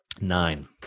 nine